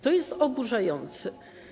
To jest oburzające.